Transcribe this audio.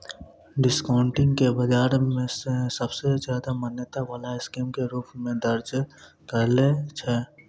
discounting के बाजार मे सबसे ज्यादा मान्यता वाला स्कीम के रूप मे दर्ज कैलो छै